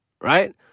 right